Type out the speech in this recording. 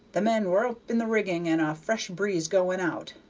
the men were up in the rigging and a fresh breeze going out,